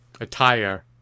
attire